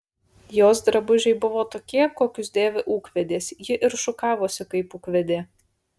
jos drabužiai buvo tokie kokius dėvi ūkvedės ji ir šukavosi kaip ūkvedė